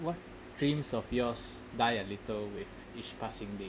what dreams of yours die a little with each passing day